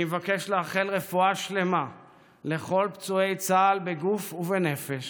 אני מבקש לאחל רפואה שלמה לכל פצועי צה"ל בגוף ובנפש